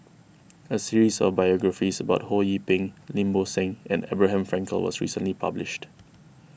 a series of biographies about Ho Yee Ping Lim Bo Seng and Abraham Frankel was recently published